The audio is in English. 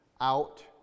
out